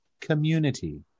community